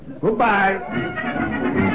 Goodbye